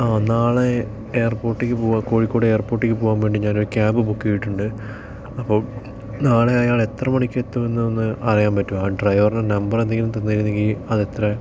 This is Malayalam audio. ആ നാളെ എയർപോർട്ടിലേക്ക് പോകാൻ കോഴിക്കോട് എയർപോർട്ടിലേക്ക് പോകാൻ വേണ്ടി ഞാൻ ഒരു ക്യാബ് ബുക്ക് ചെയ്തിട്ടുണ്ട് അപ്പം നാളെ അയാൾ എത്ര മണിക്കെത്തുമെന്ന് ഒന്ന് അറിയാൻ പറ്റുമോ ആ ഡ്രൈവറിൻ്റെ നമ്പർ എന്തെങ്കിലും തന്നിരുന്നെങ്കിൽ അതെത്രെ